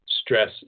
stress